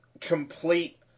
complete